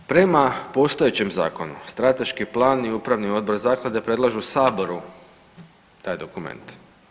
Prema postojećem zakonu strateški plan i upravni odbor zaklade predlažu saboru taj dokument.